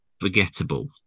forgettable